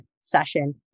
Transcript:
session